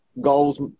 goals